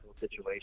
situation